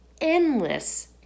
endless